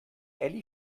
elli